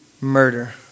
murder